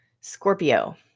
scorpio